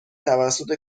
توسط